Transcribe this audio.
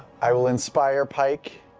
i will inspire pike.